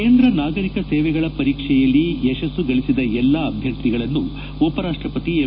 ಕೇಂದ್ರ ನಾಗರಿಕ ಸೇವೆಗಳ ಪರೀಕ್ಷೆಯಲ್ಲಿ ಯಶಸ್ಸು ಗಳಿಸಿದ ಎಲ್ಲಾ ಅಭ್ಯರ್ಥಿಗಳನ್ನು ಉಪರಾಷ್ಟಪತಿ ಎಂ